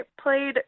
played